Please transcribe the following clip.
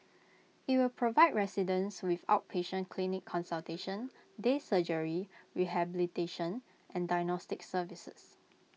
IT will provide residents with outpatient clinic consultation day surgery rehabilitation and diagnostic services